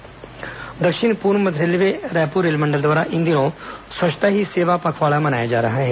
railway स्वच्छता पखवाड़ा दक्षिण पूर्व मध्य रेलवे रायपुर रेलमंडल द्वारा इन दिनों स्वच्छता ही सेवा पखवाड़ा मनाया जा रहा है